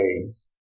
ways